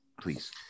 please